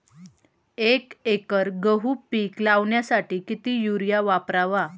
एक एकर गहू पीक लावण्यासाठी किती युरिया वापरावा?